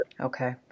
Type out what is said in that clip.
Okay